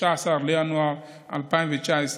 13 בינואר 2019,